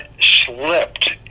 slipped